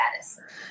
status